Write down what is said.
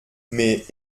mais